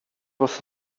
was